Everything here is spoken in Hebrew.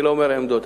אני לא אומר עמדות,